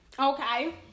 Okay